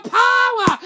power